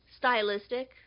Stylistic